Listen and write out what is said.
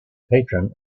patron